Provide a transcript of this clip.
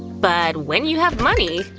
but when you have money,